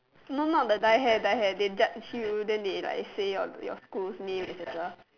no not the dye hair dye hair they dyed shoe then they like say your school's name and stuff